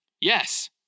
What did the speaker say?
Yes